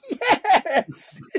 Yes